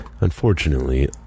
Unfortunately